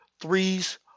threes